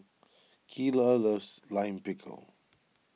Keyla loves Lime Pickle